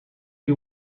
you